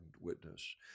witness